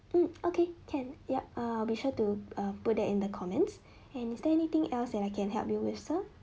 mm okay can yup uh be sure to uh put them in the comments and is there anything else that I can help you with sir